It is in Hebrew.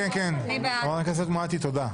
חברת הכנסת מואטי, תודה.